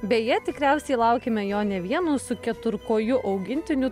beje tikriausiai laukiame jo ne vieno o su keturkoju augintiniu